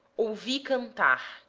ouvi cantar,